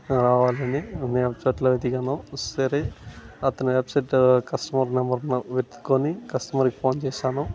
రావాలి అని నేను వెబ్సైట్లో వెతికాను సరే అతను వెబ్సైటు కస్టమర్ నెంబరు నాకు వెతుకొని కస్టమర్కి ఫోన్ చేసాను